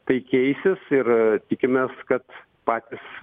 tai keisis ir tikimės kad patys